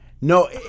No